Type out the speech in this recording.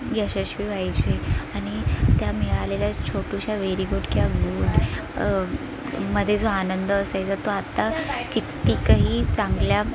यशस्वी व्हायचे आणि त्या मिळालेल्या छोट्याशा वेरी गुड किंवा गुड मध्ये जो आनंद असायचा तो आत्ता कित्तीकही चांगल्या